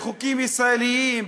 בחוקים ישראליים,